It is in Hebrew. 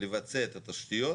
לבצע את התשתיות,